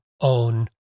own